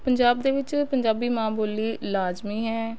ਪੰਜਾਬ ਦੇ ਵਿੱਚ ਪੰਜਾਬੀ ਮਾਂ ਬੋਲੀ ਲਾਜ਼ਮੀ ਹੈ